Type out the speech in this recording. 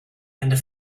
and